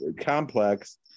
complex